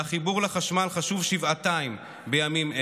והחיבור לחשמל חשוב שבעתיים בימים אלה.